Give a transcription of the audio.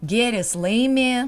gėris laimi